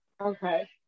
Okay